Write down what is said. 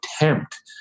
attempt